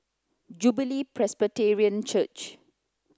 Jubilee Presbyterian Church